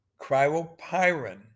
cryopyrin